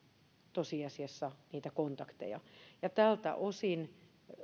tosiasiassa niitä kontakteja tältä osin